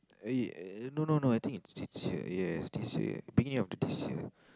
uh no no no I think it's this year this year ya beginning of this year